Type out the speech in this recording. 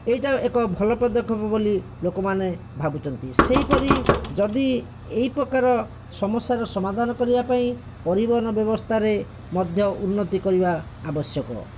ଏହିଟା ଏକ ଭଲ ପଦକ୍ଷେପ ବୋଲି ଲୋକମାନେ ଭାବୁଛନ୍ତି ସେହିପରି ଯଦି ଏହି ପ୍ରକାର ସମସ୍ୟାର ସମାଧାନ କରିବା ପାଇଁ ପରିବହନ ବ୍ୟବସ୍ଥାରେ ମଧ୍ୟ ଉନ୍ନତି କରିବା ଆବଶ୍ୟକ